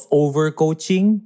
overcoaching